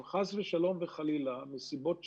אם, חס ושלום וחלילה, מסיבות שלהם,